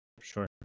sure